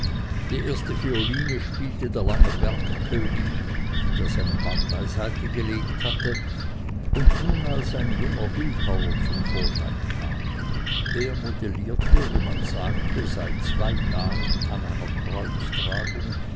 die erste violine spielte der lange bergkönig der seinen bart beiseite gelegt hatte und nun als ein junger bildhauer zum vorschein kam er modellierte wie man sagte seit zwei jahren an einer